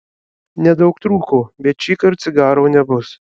nedaug trūko bet šįkart cigaro nebus